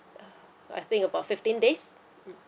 I think about fifteen days mm